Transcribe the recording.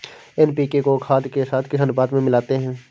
NPK को खाद के साथ किस अनुपात में मिलाते हैं?